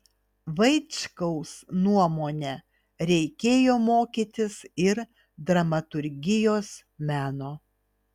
vaičkaus nuomone reikėjo mokytis ir dramaturgijos meno